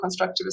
constructivist